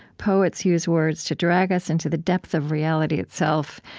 poets use words to drag us into the depth of reality itself.